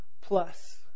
plus